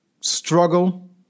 struggle